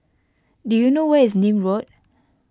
do you know where is Nim Road